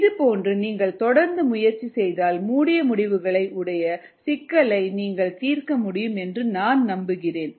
இதுபோன்று நீங்கள் தொடர்ந்து முயற்சி செய்தால் மூடிய முடிவுகளை உடைய சிக்கல்களை நீங்கள் தீர்க்க முடியும் என்று நான் நம்புகிறேன்